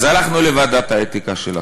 אז הלכנו לוועדת האתיקה של הכנסת.